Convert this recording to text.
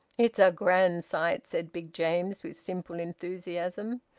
it's a grand sight! said big james, with simple enthusiasm.